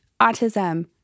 autism